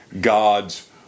God's